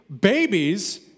babies